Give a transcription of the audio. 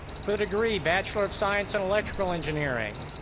for the degree bachelor of science in electrical engineering,